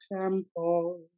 temple